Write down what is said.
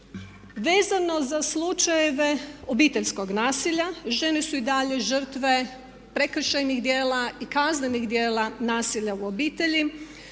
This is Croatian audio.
Vezano za slučajeve obiteljskog nasilja žene su i dalje žrtve prekršajnih djela i kaznenih djela nasilja u obitelji.